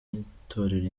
n’itorero